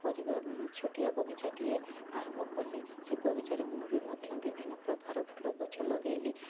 ପରିବା ଛୋଟିଆ ବଗିଚାଟିଏ ଆରମ୍ଭ କଲି ସେ ବଗିଚାରେ ମୁଁ ବି ମଧ୍ୟ ବିଭିନ୍ନ ପ୍ରକାର ଫୁଲ ଗଛ ଲଗେଇଲି